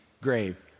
grave